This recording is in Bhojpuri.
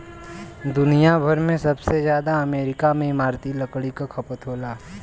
दुनिया भर में सबसे जादा अमेरिका में इमारती लकड़ी क खपत होला